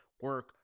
Work